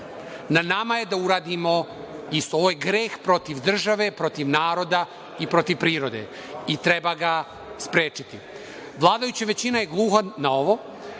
na nama je da uradimo isto. Ovo je greh protiv države, protiv naroda i protiv prirode i treba ga sprečiti. Vladajuća većina je gluva na ovo.